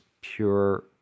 pure